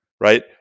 right